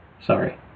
Sorry